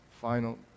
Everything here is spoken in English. final